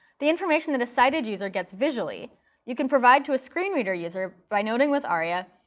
the information that a sighted user gets visually you can provide to a screen reader user by noting with aria,